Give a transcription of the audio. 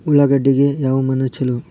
ಉಳ್ಳಾಗಡ್ಡಿಗೆ ಯಾವ ಮಣ್ಣು ಛಲೋ?